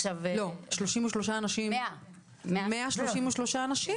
133 אנשים?